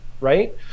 right